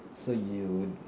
so you were